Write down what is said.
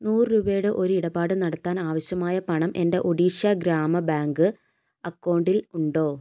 നൂറു രൂപയുടെ ഒരിടപാട് നടത്താൻ ആവശ്യമായ പണം എൻ്റെ ഒഡീഷ ഗ്രാമ ബാങ്ക് അക്കൗണ്ടിൽ ഉണ്ടോ